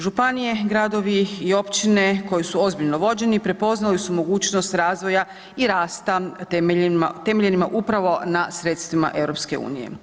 Županije, gradovi i općine koji su ozbiljno vođeni prepoznali su mogućnost razvoja i rasta temeljenima upravo na sredstvima EU.